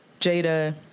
Jada